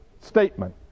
statement